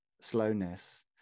slowness